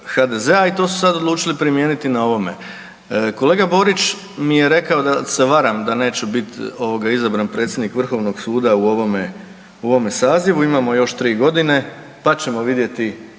su sad i to su sad odlučili primijeniti na ovome. Kolega Borić mi je rekao da se varam da neće biti izabran predsjednik Vrhovnog suda u ovome sazivu. Imamo još tri godine, pa ćemo vidjeti